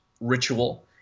ritual